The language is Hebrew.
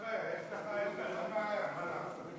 יש לך בעיה, מה לעשות.